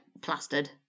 plastered